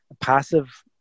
passive